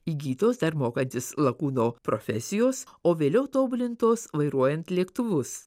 įgytos dar mokantis lakūno profesijos o vėliau tobulintos vairuojant lėktuvus